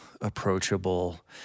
approachable